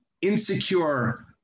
insecure